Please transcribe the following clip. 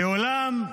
ואולם,